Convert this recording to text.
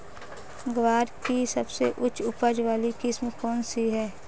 ग्वार की सबसे उच्च उपज वाली किस्म कौनसी है?